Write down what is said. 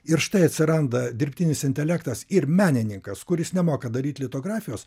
ir štai atsiranda dirbtinis intelektas ir menininkas kuris nemoka daryt litografijos